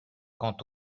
quant